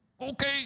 Okay